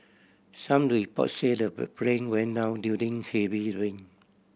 some report say the plane went down during heavy rain